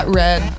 red